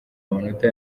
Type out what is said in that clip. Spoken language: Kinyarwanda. amanota